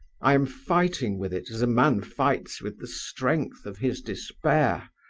i am fighting with it as a man fights with the strength of his despair.